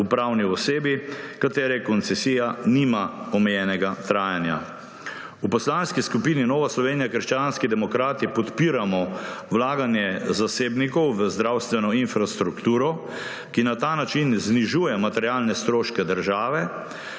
pravni osebi, katere koncesija nima omejenega trajanja. V Poslanski skupini Nova Slovenija – krščanski demokrati podpiramo vlaganje zasebnikov v zdravstveno infrastrukturo, ki na ta način znižuje materialne stroške države,